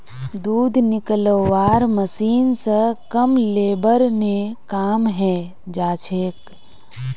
दूध निकलौव्वार मशीन स कम लेबर ने काम हैं जाछेक